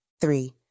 Three